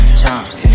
chops